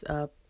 up